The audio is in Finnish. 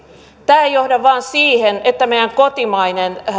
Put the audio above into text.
tämä ei johda vain siihen että meidän kotimainen